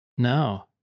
No